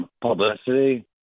publicity